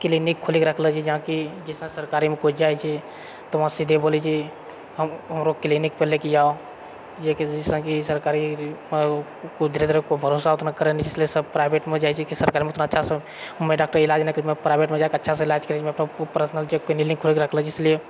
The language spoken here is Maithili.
क्लिनिक खोलिके रखलो छै जहाँ कि जैसे सरकारीमे कोइ जाइत छै तऽ वहांँ सीधे बोलै छै क्लिनिक पे लेके आउ जैसा कि सरकारी कोइ धीरे धीरे भरोसा उतना करैत नहि छै सब प्राइवेटमे जाइत छै कि सरकारमे उतना अच्छासँ डॉक्टर इलाज नहि करैत छै प्राइवेटमे जाएके अच्छा सऽ इलाज करै छै ओ पर्सनल क्लिनिक खोलिके राखलो छै इसलिए